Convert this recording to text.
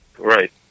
Right